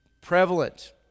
prevalent